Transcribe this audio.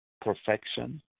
perfection